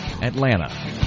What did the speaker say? Atlanta